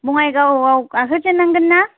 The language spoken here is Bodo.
बङाइगावआव गाखोजेननांगोन ना